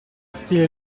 stile